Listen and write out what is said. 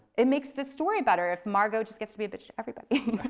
it makes the story better if margot just gets to be a bitch to everybody.